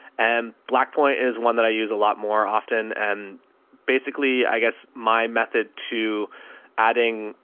and black point is one that i use a lot more often and basically i guess my method to adding,